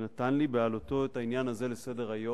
שנתן לי, בהעלותו את העניין הזה לסדר-היום,